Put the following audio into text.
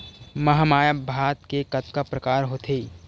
महमाया भात के कतका प्रकार होथे?